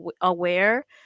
aware